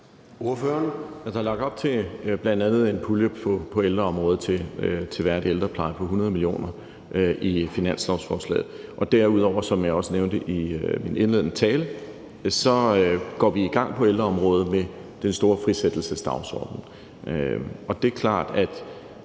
Der er bl.a. lagt op til en pulje på ældreområdet til værdig ældrepleje på 100 mio. kr. i finanslovsforslaget, og derudover, som jeg også nævnte i min indledende tale, går vi på ældreområdet i gang med den store frisættelsesdagsorden. Og det er klart, at